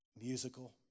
musical